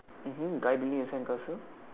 mmhmm guy building sandcastle